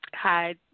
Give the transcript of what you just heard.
Hi